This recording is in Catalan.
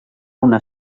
una